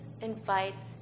invites